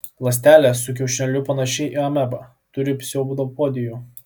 ląstelė su kiaušinėliu panaši į amebą turi pseudopodijų